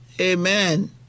Amen